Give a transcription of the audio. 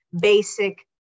basic